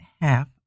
half